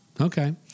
okay